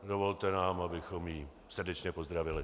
Dovolte nám, abychom ji srdečně pozdravili.